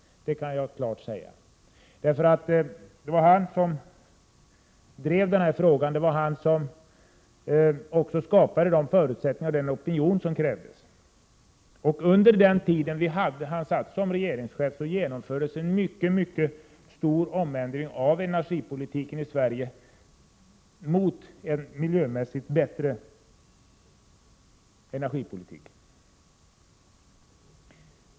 Det kan jag klart säga. Det var ju Thorbjörn Fälldin som drev den frågan, och det var också han som skapade de förutsättningar och den opinion som krävdes i detta sammanhang. Under hans tid som regeringschef genomfördes en väldigt stor ändring av energipolitiken i Sverige, som miljömässigt blev bättre.